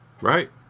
right